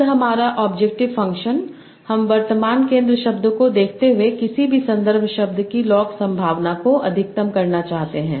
शब्द हमारा objective function हम वर्तमान केंद्र शब्द को देखते हुए किसी भी संदर्भ शब्द की लॉग संभावना को अधिकतम करना चाहते हैं